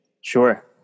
Sure